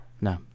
No